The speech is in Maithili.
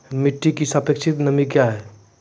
मिटी की सापेक्षिक नमी कया हैं?